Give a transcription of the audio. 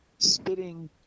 Spitting